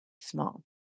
small